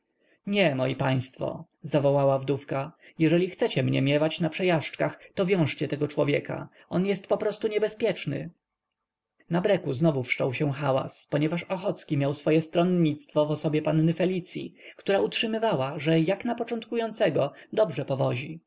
nie moi państwo zawołała wdówka jeżeli chcecie mnie miewać na przejażdżkach to wiążcie tego człowieka on jest poprostu niebezpieczny na breku znowu wszczął się hałas ponieważ ochocki miał swoje stronnictwo w osobie panny felicyi która utrzymywała że jak na początkującego dobrze